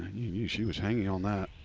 she was hanging on that.